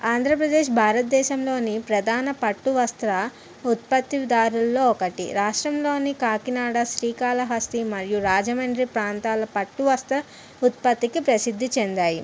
ఆంధ్రప్రదేశ్ భారతదేశంలోని ప్రధాన పట్టు వస్త్ర ఉత్పత్తి దారుల్లో ఒకటి రాష్ట్రంలోని కాకినాడ శ్రీకాళహస్తి మరియు రాజమండ్రి ప్రాంతాల పట్టువస్త్ర ఉత్పత్తికి ప్రసిద్ధి చెందాయి